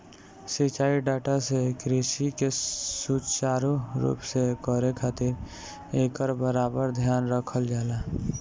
सिंचाई डाटा से कृषि के सुचारू रूप से करे खातिर एकर बराबर ध्यान रखल जाला